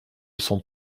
son